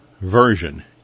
version